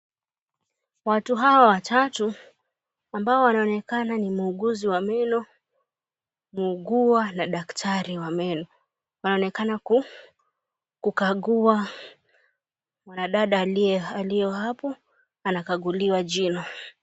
Watu hawa watatu, ambao wanaonekana ni muuguzi wa meno, muugua na daktari wa meno. Wanaonekana ku kukagua mwanadada aliye aliye hapo, anakaguliwa jino.